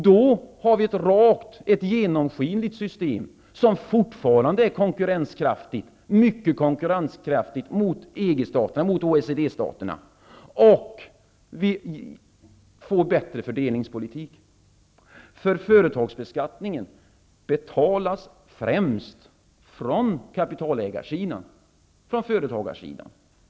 Då får vi ett rakt, genomskinligt system som fortfarande är mycket konkurrenskraftigt mot EG och OECD Det blir en bättre fördelningspolitik. Företagsbeskattningen betalas främst från kapitalägarsidan.